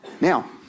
Now